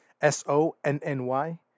S-O-N-N-Y